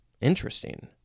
Interesting